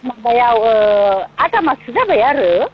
माबायाव ओ आदा माससो जाबाय आरो